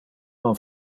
non